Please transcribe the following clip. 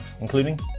including